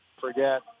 forget